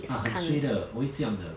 啊很 suay 的我会这样的